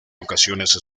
ocasiones